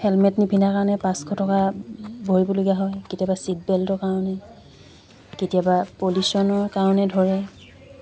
helmet নিবিন্ধাৰ কাৰণে পাঁচশ টকা ভৰিবলগীয়া হয় কেতিয়াবা ছিট বেল্টোৰ কাৰণে কেতিয়াবা পলিউচনৰ কাৰণে ধৰে